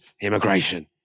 immigration